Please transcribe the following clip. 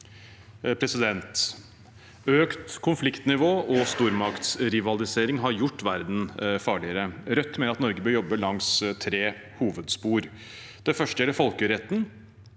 Økt konfliktnivå og stormaktrivalisering har gjort verden farligere. Rødt mener at Norge bør jobbe langs tre hovedspor. Det første gjelder folkeretten.